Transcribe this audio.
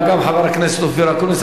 גם חבר הכנסת אופיר אקוניס,